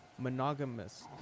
monogamous